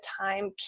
time